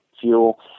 fuel